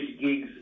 gigs